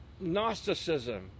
Gnosticism